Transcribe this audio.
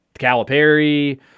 Calipari